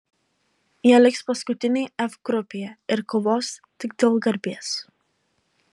jie liks paskutiniai f grupėje ir kovos tik dėl garbės